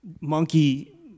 monkey